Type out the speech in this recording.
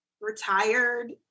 retired